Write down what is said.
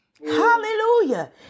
Hallelujah